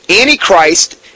Antichrist